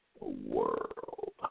World